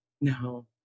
no